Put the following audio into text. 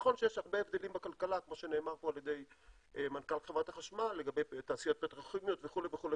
נכון שיש הרבה הבדלים בכלכלה לגבי תעשיות פטרוכימיות וכו',